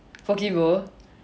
poke bowl